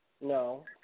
No